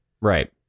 right